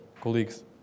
colleagues